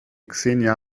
xenia